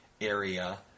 area